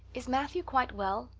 is matthew quite well?